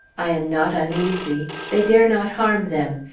i am not uneasy. they dare not harm them.